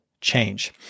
change